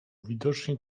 widocznie